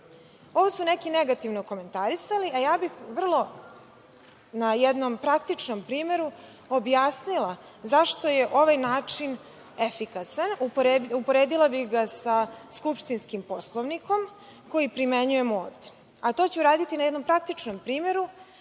su neki negativno komentarisali, a ja bih na jednom praktičnom primeru objasnila zašto je ovaj način efikasan. Uporedila bih ga sa skupštinskim Poslovnikom koji primenjujemo ovde, a to ću uraditi na jednom praktičnom primeru